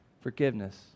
forgiveness